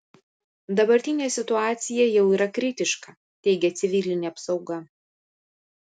dabartinė situacija jau yra kritiška teigia civilinė apsauga